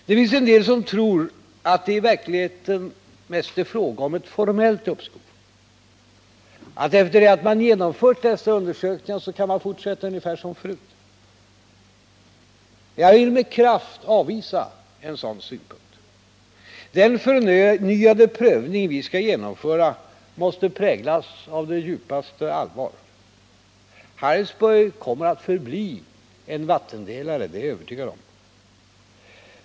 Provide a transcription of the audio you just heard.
Det finns en del som tror att det i verkligheten mest är fråga om ett formellt uppskov, att man efter det att man genomfört dessa undersökningar kan fortsätta ungefär som förut. Jag vill med kraft avvisa en sådan synpunkt. Den förnyade prövning vi skall genomföra måste präglas av det djupaste allvar. Harrisburg kommer att förbli en vattendelare — det är jag övertygad om.